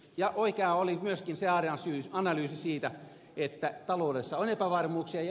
ja oikeaa oli myöskin se analyysi siitä että taloudessa on epävarmuuksia